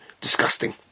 disgusting